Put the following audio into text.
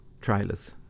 Trailers